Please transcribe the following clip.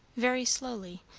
very slowly,